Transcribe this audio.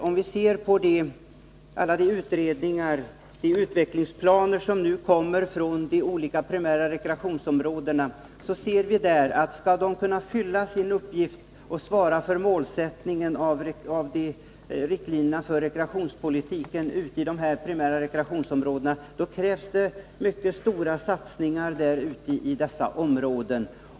Om vi ser på alla de utredningar och utvecklingsplaner som nu kommer från de olika primära rekreationsområdena, finner vi att det, om de skall kunna fylla sin uppgift och svara för målsättningen och riktlinjerna för rekreationspolitiken i de primära rekreationsområdena, krävs mycket stora satsningar på dessa områden.